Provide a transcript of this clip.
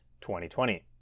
2020